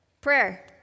Prayer